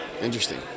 Interesting